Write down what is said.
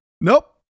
Nope